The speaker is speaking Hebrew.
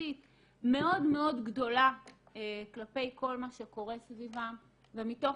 חברתית מאוד מאוד גדולה כלפי כל מה שקורה סביבם ומתוך